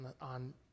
on